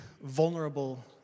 vulnerable